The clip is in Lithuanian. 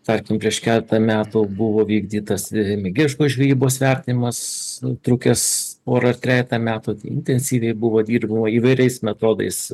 tarkim prieš keletą metų buvo vykdytas žvejybois vertinimas trukęs porą trejetą metų intensyviai buvo dirbama įvairiais metodais